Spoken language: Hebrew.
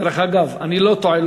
דרך אגב, אני לא טועה.